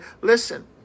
Listen